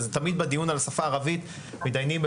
תמיד בדיון על השפה הערבית מתדיינים על